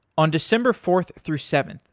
on december fourth through seventh,